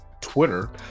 twitter